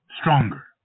stronger